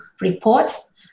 reports